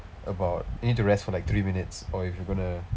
about you need to rest for like three minutes or if you're gonna